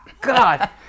God